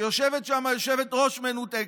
ויושבת שם יושבת-ראש מנותקת,